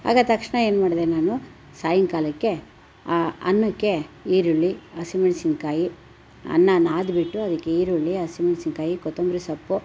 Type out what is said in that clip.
ಆಗ ತಕ್ಷಣ ಏನು ಮಾಡಿದೆ ನಾನು ಸಾಯಂಕಾಲಕ್ಕೆ ಆ ಅನ್ನಕ್ಕೆ ಈರುಳ್ಳಿ ಹಸಿಮೆಣಸಿನಕಾಯಿ ಅನ್ನಾನ ಆದ್ ಬಿಟ್ಟು ಅದಕ್ಕೆ ಈರುಳ್ಳಿ ಹಸಿಮೆಣಸಿನಕಾಯಿ ಕೊತ್ತಂಬರಿಸೊಪ್ಪು